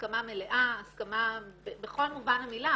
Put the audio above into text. הסכמה מלאה, הסכמה בכל מובן המילה.